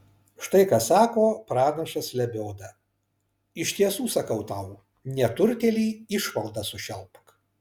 štai ką sako pranašas lebioda iš tiesų sakau tau neturtėlį išmalda sušelpk